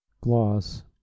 Gloss